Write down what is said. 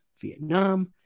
Vietnam